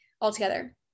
altogether